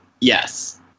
Yes